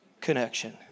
connection